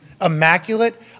immaculate